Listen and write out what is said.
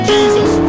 Jesus